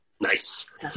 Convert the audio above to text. Nice